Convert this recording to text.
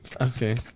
Okay